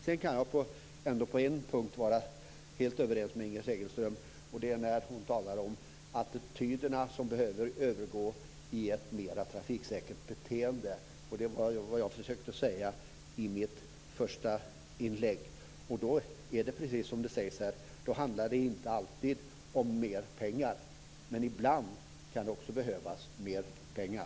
På en punkt kan jag vara helt överens med Inger Segelström, nämligen att attityderna behöver övergå i ett mer trafiksäkert beteende. Det var vad jag försökte säga i mitt första inlägg. Då handlar det inte alltid om mer pengar. Men ibland kan det också behövas mer pengar.